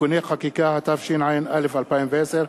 (תיקוני חקיקה), התשע"א 2010,